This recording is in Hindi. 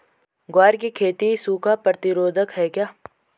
ग्वार की खेती सूखा प्रतीरोधक है क्या?